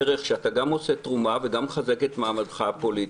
דרך שאתה גם תורם וגם מחזק את מעמדך הפוליטי.